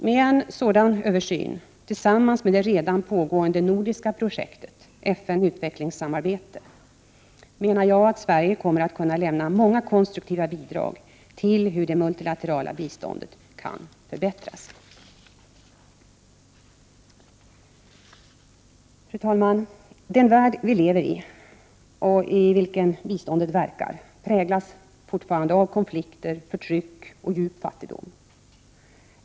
Med en sådan översyn tillsammans med det redan pågående nordiska projektet ”FN i utvecklingssamarbete” kommer | Sverige att kunna lämna många konstruktiva bidrag till hur det multilaterala biståndet kan förbättras. Fru talman! Den värld vi lever i, och i vilken biståndet verkar, präglas | fortfarande av konflikter, förtryck och djup fattigdom.